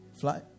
Fly